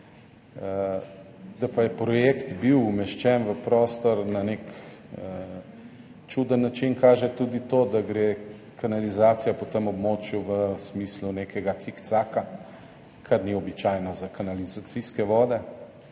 Da je bil projekt umeščen v prostor na nek čuden način, kaže tudi to, da gre kanalizacija po tem območju v smislu nekega cikcaka, kar ni običajno za kanalizacijske vode.